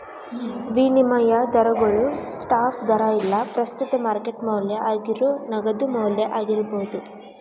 ವಿನಿಮಯ ದರಗೋಳು ಸ್ಪಾಟ್ ದರಾ ಇಲ್ಲಾ ಪ್ರಸ್ತುತ ಮಾರ್ಕೆಟ್ ಮೌಲ್ಯ ಆಗೇರೋ ನಗದು ಮೌಲ್ಯ ಆಗಿರ್ಬೋದು